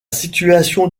situation